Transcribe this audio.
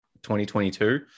2022